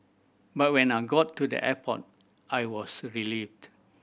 but when I got to the airport I was relieved